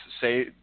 say